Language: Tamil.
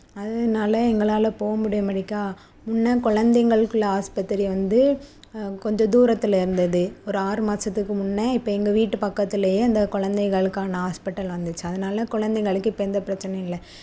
அதனால எங்களால் போக முடிய மாட்டேக்கா முன்னே கொழந்தைங்களுக்குள்ள ஆஸ்பத்திரியை வந்து கொஞ்சம் தூரத்தில் இருந்தது ஒரு ஆறு மாதத்துக்கு முன்னே இப்போ எங்கள் வீட்டு பக்கத்துலேயே அந்த கொழந்தைகளுக்கான ஹாஸ்பிட்டல் வந்துச்சு அதனால கொழந்தைங்களுக்கு இப்போ எந்த பிரச்சினையும் இல்லை